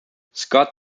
scott